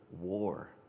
war